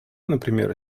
например